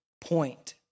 point